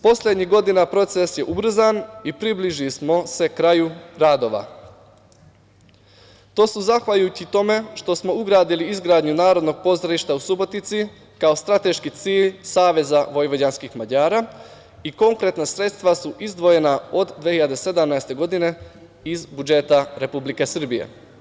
Poslednjih godina proces je ubrzan i približili smo se kraju radova, zahvaljujući tome što smo ugradili izgradnju Narodnog pozorišta u Subotici kao strateški cilj SVM, i konkretna sredstva su izdvojena od 2017. godine, iz budžeta Republike Srbije.